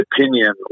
opinion